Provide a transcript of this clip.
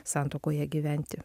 santuokoje gyventi